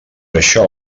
això